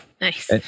nice